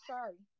Sorry